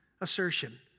assertion